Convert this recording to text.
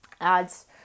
Ads